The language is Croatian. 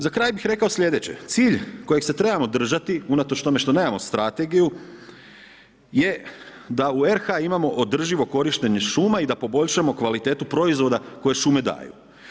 Za kraj bih rekao sljedeće, cilj kojeg se trebamo držati unatoč tome što nemamo strategiju je da u RH imamo održivo korištenje šuma i da poboljšamo kvalitetu proizvoda koje šume daju.